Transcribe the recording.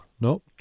no